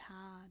hard